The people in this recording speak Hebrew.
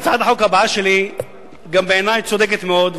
הצעת החוק הבאה שלי גם בעיני צודקת מאוד,